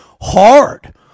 hard